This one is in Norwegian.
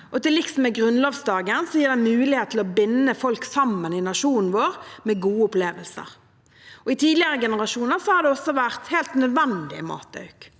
til liks med grunnlovsdagen gir den mulighet til å binde folk i nasjonen vår sammen med gode opplevelser. I tidligere generasjoner har det også vært helt nødvendig matauk.